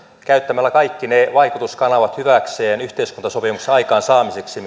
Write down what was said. käyttämällä kaikki ne vaikutuskanavat hyväkseen yhteiskuntasopimuksen aikaansaamiseksi